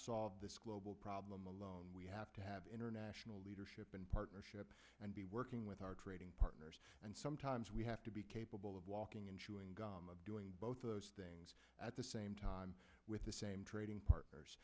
solve this global problem alone we have to have international leadership and partnership and be working with our trading partners and sometimes we have to be capable of walking and chewing gum doing both of those things at the same time with the same trading partners